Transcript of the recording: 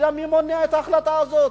תראה מי מונע את ההחלטה הזאת: